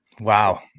Wow